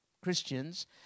Christians